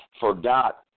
forgot